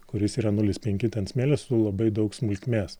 kuris yra nulis penki ten smėlis su labai daug smulkmės